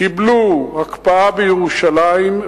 קיבלו הקפאה בירושלים,